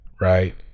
right